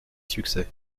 succès